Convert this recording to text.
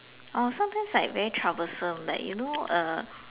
sometimes like very troublesome like you know